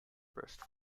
burst